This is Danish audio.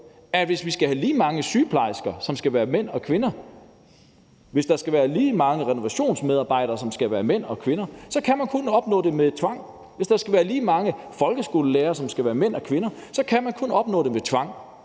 at hvis vi skal have lige mange mænd og kvinder, som skal være sygeplejerske, hvis der skal være lige mange mænd og kvinder, som skal være renovationsmedarbejder, så kan man kun opnå det med tvang. Hvis der skal være lige mange mænd og kvinder, som skal være folkeskolelærer, så kan man kun opnå det med tvang: